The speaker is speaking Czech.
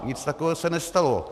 Nic takového se nestalo.